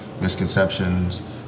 misconceptions